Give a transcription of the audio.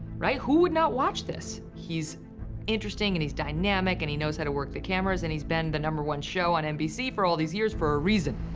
right? who would not watch this? he's interesting, and he's dynamic, and he knows how to work the cameras. and he's been the number-one show on nbc for all these years for a reason.